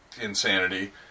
insanity